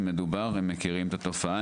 זה מדובר, ומכירים את התופעה.